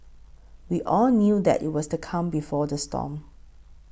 we all knew that it was the calm before the storm